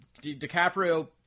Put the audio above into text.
DiCaprio